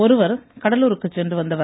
ஒருவர் கடலூருக்கு சென்று வந்தவர்